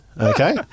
okay